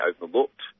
overlooked